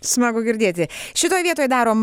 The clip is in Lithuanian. smagu girdėti šitoj vietoj darom